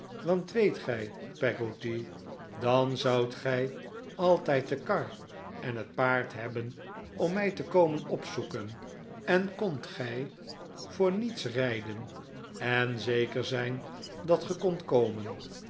want weet gij peggotty dan zoudt gij altijd de kar en het paard hebben om mij te komen opzoeken en kondt gij voor niets rijden en zeker zijn dat ge kondt komen